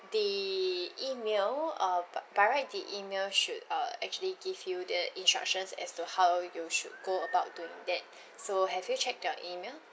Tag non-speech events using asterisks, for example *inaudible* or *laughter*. the email uh by by right the email should uh actually give you the instructions as to how you should *noise* go about doing that *breath* so have you checked your email